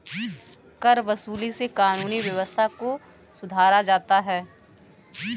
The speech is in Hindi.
करवसूली से कानूनी व्यवस्था को सुधारा जाता है